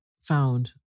found